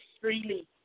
freely